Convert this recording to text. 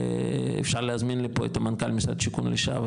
ואפשר להזמין לפה את מנכל משרד השיכון לשעבר,